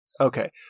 Okay